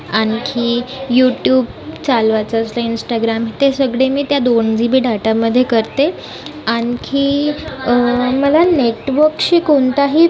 आणखी युट्युब चालवायचं असलं इंस्टाग्राम ते सगळे मी त्या दोन जी बी डाटामध्ये करते आणखी मला नेटवर्कशी कोणताही